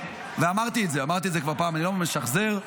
ואמרתי את זה כבר פעם היום ואני משחזר,